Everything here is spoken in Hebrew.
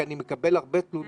כי אני מקבל הרבה תלונות,